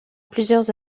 plusieurs